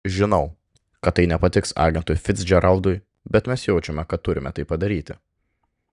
žinau kad tai nepatiks agentui ficdžeraldui bet mes jaučiame kad turime tai padaryti